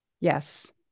Yes